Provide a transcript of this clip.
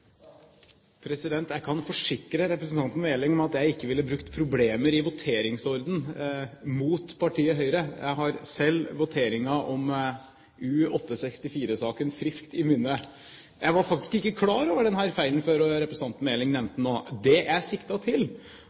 Jeg kan forsikre representanten Meling om at jeg ikke ville brukt problemer i en voteringsorden mot partiet Høyre. Jeg har selv voteringen i U-864-saken friskt i minne. Jeg var faktisk ikke klar over denne feilen